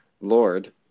Lord